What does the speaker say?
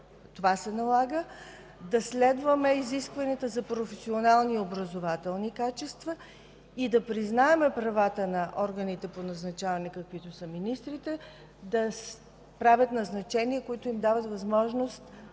това се налага; да следваме изискванията за професионални и образователни качества и да признаем правата на органите по назначаване, каквито са министрите, да правят назначения, които им дават възможност